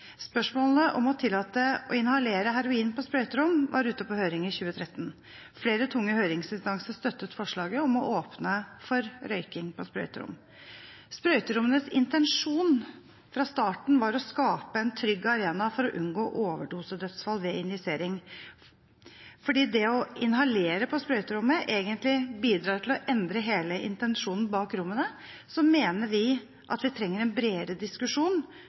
Spørsmålet om å tillate å inhalere heroin på sprøyterom var ute på høring i 2013. Flere tunge høringsinstanser støttet forslaget om å åpne for røyking på sprøyterom. Sprøyterommenes intensjon fra starten var å skape en trygg arena for å unngå overdosedødsfall ved injisering. Fordi det å inhalere på sprøyterommet egentlig bidrar til å endre hele intensjonen bak rommene, mener vi at vi trenger en bredere diskusjon